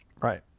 Right